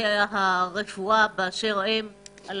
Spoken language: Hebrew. צוותי הרפואה באשר הם על